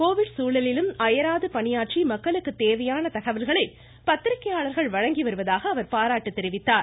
Covid சூழலிலும் அயராது பணியாற்றி மக்களுக்கு தேவையான தகவல்களை பத்திரிக்கையாளர்கள் வழங்கி வருவதாக அவர் பாராட்டு தெரிவித்தார்